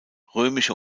römische